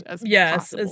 yes